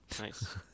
Nice